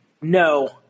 No